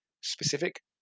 specific